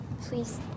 Please